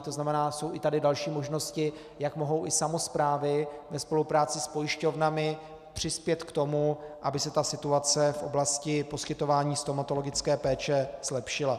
To znamená jsou tady i další možnosti, jak mohou i samosprávy ve spolupráci s pojišťovnami přispět k tomu, aby se situace v oblasti poskytování stomatologické péče zlepšila.